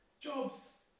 Jobs